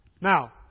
Now